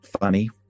funny